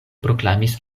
proklamis